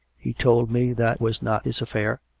he told me that was not his affair,